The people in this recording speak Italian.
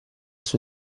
sua